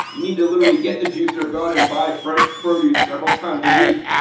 you need to literally get the juicer, go out and buy fresh produce several times a week,